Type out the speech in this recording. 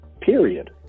Period